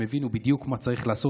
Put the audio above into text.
הם הבינו בדיוק מה צריך לעשות,